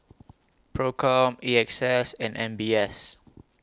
PROCOM A X S and M B S